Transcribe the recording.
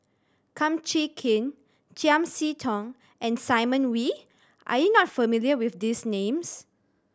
Kum Chee Kin Chiam See Tong and Simon Wee are you not familiar with these names